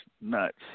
nuts